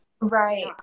right